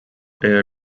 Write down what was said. air